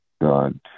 God